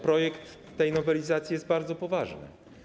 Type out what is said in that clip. Projekt tej nowelizacji jest bardzo poważny.